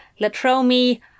Latromi